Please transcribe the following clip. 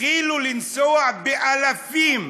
התחילו לנסוע, באלפים,